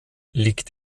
liegt